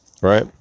right